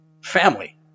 Family